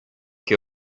que